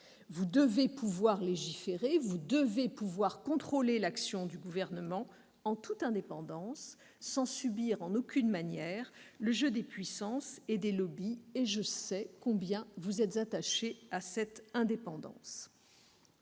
Vous devez pouvoir légiférer et contrôler l'action du Gouvernement en toute indépendance, sans subir en aucune manière le jeu des puissances ou des. Je sais combien vous êtes attachés à cette indépendance.